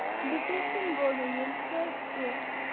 depression گوٚو مےٚ ییٚمہِ سۭتۍ کہِ